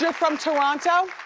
yeah from toronto?